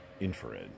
Infrared